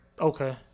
Okay